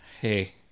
hey